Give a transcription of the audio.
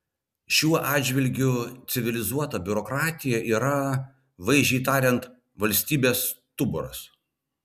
šiuo atžvilgiu civilizuota biurokratija yra vaizdžiai tariant valstybės stuburas